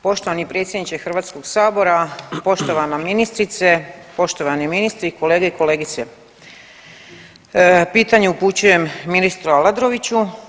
Poštovani predsjedniče Hrvatskog sabora, poštovana ministrice, poštovani ministri, kolege i kolegice, pitanje upućujem ministru Aladroviću.